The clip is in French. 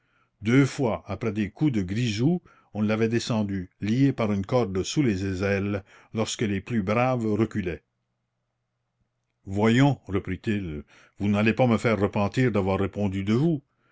deux fois après des coups de grisou on l'avait descendu lié par une corde sous les aisselles lorsque les plus braves reculaient voyons reprit-il vous n'allez pas me faire repentir d'avoir répondu de vous